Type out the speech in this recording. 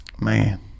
man